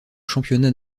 championnat